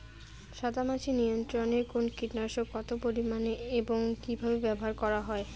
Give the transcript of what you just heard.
সাদামাছি নিয়ন্ত্রণে কোন কীটনাশক কত পরিমাণে এবং কীভাবে ব্যবহার করা হয়?